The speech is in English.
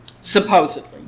Supposedly